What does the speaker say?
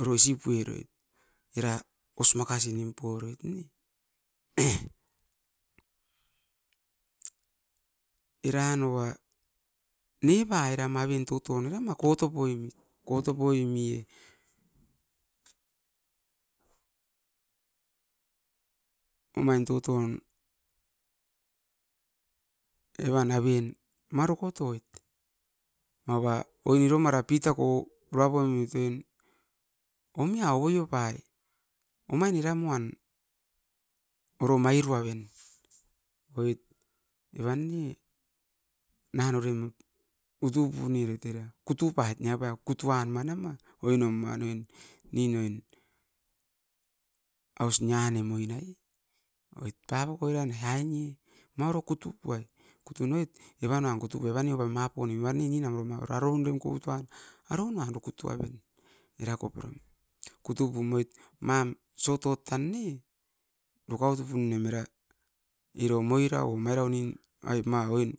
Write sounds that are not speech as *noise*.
oro isi pueroit. Era os makasi nim poroit ne, *noise* eranoa nepai era, manin toton era kotop punoim. Koto poimie omain toton evan aven ma dokoit. Mava iromara pitaku pura poimit oin omia ovoio pai omain eram uan miruaven. Evan ne nan orem utu puneroit, kutu pait nia poimit. Kutu an na ma. Nin oin aus nia nem oin oit papakoi ran ma oro kutupuai. Oit ne kutupuai evan ne nan mapun neroit arovon orem koputoan, arovon an kutuaven era koporio. *unintelligible* Sotot tan ne dukauto punem ma oin.